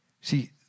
See